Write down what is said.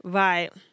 right